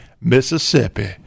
Mississippi